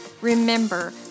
Remember